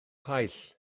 paill